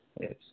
Yes